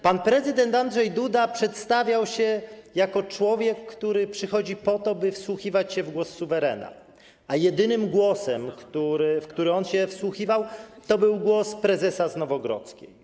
Pan prezydent Andrzej Duda przedstawiał się jako człowiek, który przychodzi po to, by wsłuchiwać się w głos suwerena, a jedynym głosem, w który on się wsłuchiwał, to był głos prezesa z Nowogrodzkiej.